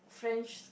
friendshi~